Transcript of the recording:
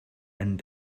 and